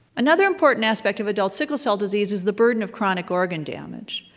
another important aspect of adult sickle cell disease is the burden of chronic organ damage.